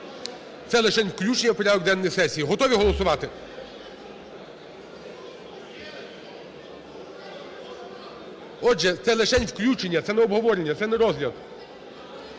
це лишень включення, це не обговорення, це не розгляд.